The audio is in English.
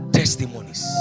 testimonies